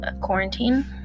quarantine